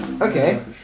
Okay